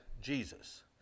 Jesus